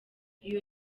iyo